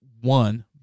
one